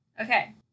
Okay